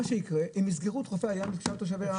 מה שיקרה הם יסגרו את חופי הים לשאר תושבי הארץ.